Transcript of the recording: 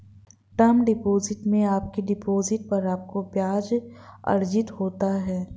term deposit में आपके deposit पर आपको ब्याज़ अर्जित होता है